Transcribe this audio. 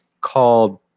called